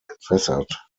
entwässert